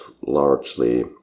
largely